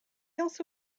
also